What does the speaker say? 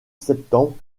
septembre